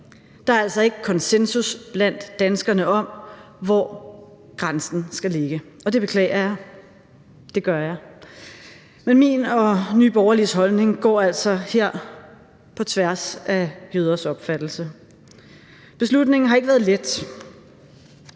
Der er altså ikke konsensus blandt danskerne om, hvor grænsen skal ligge, og det beklager jeg; det gør jeg. Men min og Nye Borgerliges holdning går altså her på tværs af jøders opfattelse. Beslutningen har ikke været let,